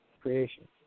creation